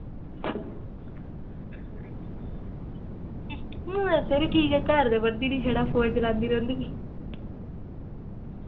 मोए सिर ठीक ऐ घर ते पढ़दी निं छड़ा फोन चलांदी रौंह्दी